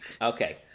Okay